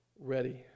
ready